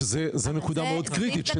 שזה נקודה מאוד קריטית.